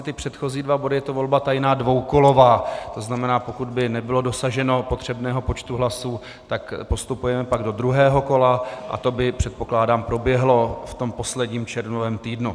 Ty předchozí dva body je to volba tajná dvoukolová, to znamená, pokud by nebylo dosaženo potřebného počtu hlasů, postupujeme pak do druhého kola a to by, předpokládám, proběhlo v tom posledním červnovém týdnu.